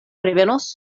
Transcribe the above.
revenos